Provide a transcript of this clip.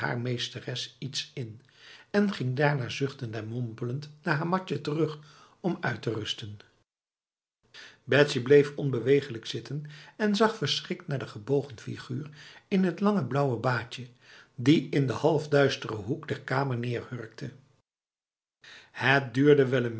meesteres iets in en ging daarna zuchtend en mompelend naar haar matje terug om uit te rusten betsy bleef onbeweeglijk zitten en zag verschrikt naar de gebogen figuur in het lange blauwe baadje die in de halfduistere hoek der kamer neerhurkte het duurde